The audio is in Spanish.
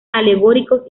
alegóricos